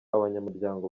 abanyamuryango